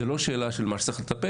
זה לא שאלה של מה שצריך לטפל,